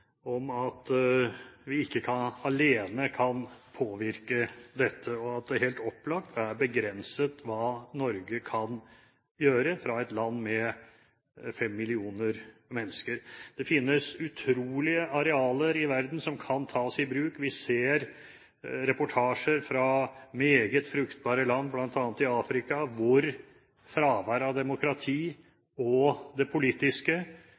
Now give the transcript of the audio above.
om at vi ikke alene kan påvirke dette, og at det helt opplagt er begrenset hva Norge kan gjøre, et land med fem millioner mennesker. Det finnes utrolige arealer i verden som kan tas i bruk. Vi ser reportasjer fra meget fruktbare land, bl.a. i Afrika, hvor fravær av demokrati og den politiske